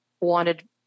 wanted